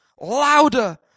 louder